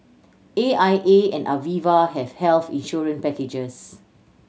A I A and Aviva have health insurance packages